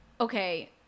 Okay